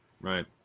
Right